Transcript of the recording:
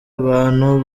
abantu